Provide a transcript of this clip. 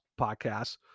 podcasts